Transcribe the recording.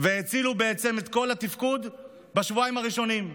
והצילו את כל התפקוד בשבועיים הראשונים.